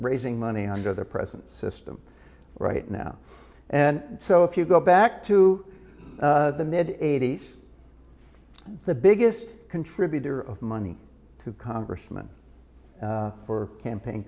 raising money under the present system right now and so if you go back to the mid eighty's the biggest contributor of money to congressman for campaign